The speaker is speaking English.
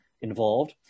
involved